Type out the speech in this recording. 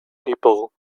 people